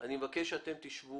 אני מבקש שאתם תשבו